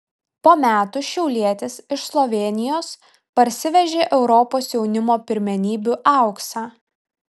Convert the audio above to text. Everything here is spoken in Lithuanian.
po metų šiaulietis iš slovėnijos parsivežė europos jaunimo pirmenybių auksą